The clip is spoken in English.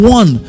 one